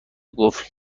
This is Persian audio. قفل